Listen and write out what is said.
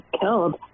killed